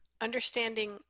understanding